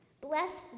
bless